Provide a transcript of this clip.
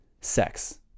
sex